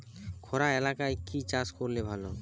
খরা এলাকায় কি চাষ করলে ভালো?